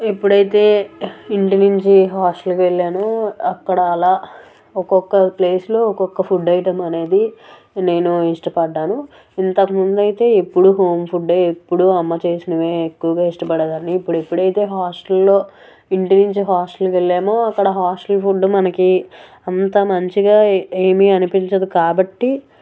ఎప్పుడైతే ఇంటి నుంచి హాస్టల్కి వెళ్ళానో అక్కడ అలా ఒక్కొక్క ప్లేస్లో ఒక్కొక్క ఫుడ్ ఐటమ్ అనేది నేను ఇష్టపడ్డాను ఇంతకుముందు అయితే ఎప్పుడూ హోమ్ ఫుడ్డే ఎప్పుడు అమ్మ చేసినవే ఎక్కువ ఇష్టపడదని ఇప్పుడు ఎప్పుడైతే హాస్టస్లో ఇంటి నుంచి హాస్టల్కి వెళ్ళానో అక్కడ హాస్టల్ ఫుడ్డు మనకి అంతా మంచిగా ఏమీ అనిపించదు కాబట్టి